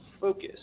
focus